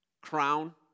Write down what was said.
crown